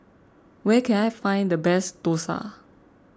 where can I find the best Dosa